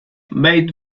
matte